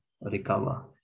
recover